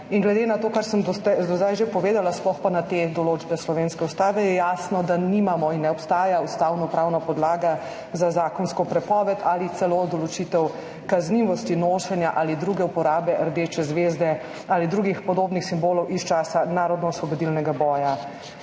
– glede na to, kar sem do zdaj že povedala, sploh pa na te določbe slovenske ustave, je jasno, da je nimamo in ne obstaja ustavnopravna podlaga za zakonsko prepoved ali celo določitev kaznivosti nošenja ali druge uporabe rdeče zvezde ali drugih podobnih simbolov iz časa narodnoosvobodilnega boja.